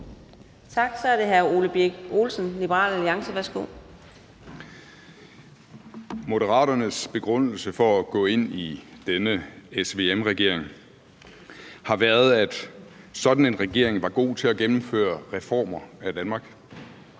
Moderaternes begrundelse for at gå ind i denne SVM-regering har været, at sådan en regering var god til at gennemføre reformer af Danmark,